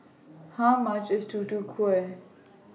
How much IS Tutu Kueh